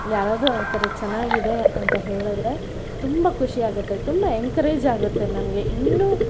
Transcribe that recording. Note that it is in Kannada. ಯಾರಾದ್ರೂ ಅಂತಾರೆ ಚೆನ್ನಾಗಿದೆ ಅಂತ ಹೇಳಿದರೆ ತುಂಬ ಖುಷಿ ಆಗುತ್ತೆ ತುಂಬ ಎನ್ಕರೇಜ್ ಆಗುತ್ತೆ ನಮಗೆ ಇನ್ನೂ